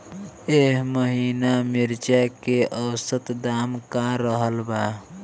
एह महीना मिर्चा के औसत दाम का रहल बा?